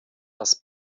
das